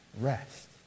rest